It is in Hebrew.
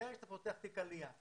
מרגע שאתה פותח תיק עלייה,